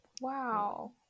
Wow